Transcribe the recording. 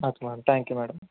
okay madam thank you madam